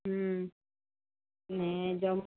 ને જમ